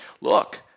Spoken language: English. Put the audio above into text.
look